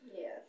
Yes